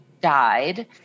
died